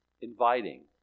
inviting